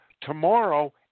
Tomorrow